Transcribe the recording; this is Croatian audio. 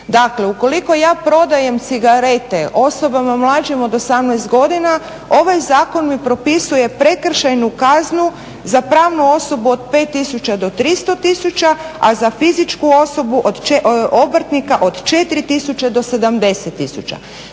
Dakle, ukoliko ja prodajem cigarete osobama mlađim od 18 godina, ovaj zakon mi propisuje prekršajnu kaznu za pravnu osobu od 5-300 tisuća za fizičku osobu, obrtnika od 4-70 tisuća.